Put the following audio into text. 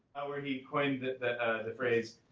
where he coined the the phrase